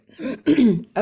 Okay